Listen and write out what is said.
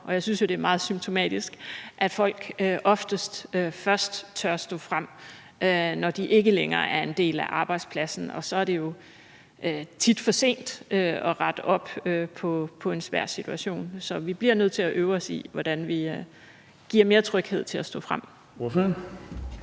om. Jeg synes, det er meget symptomatisk, at folk ofte først tør stå frem, når de ikke længere er en del af arbejdspladsen, og så er det jo tit for sent at rette op på en svær situation. Så vi bliver nødt til at øve os i, hvordan vi giver mere tryghed til at stå frem.